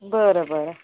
बर बर